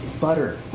Butter